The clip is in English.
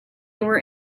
were